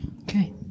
Okay